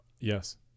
Yes